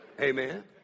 Amen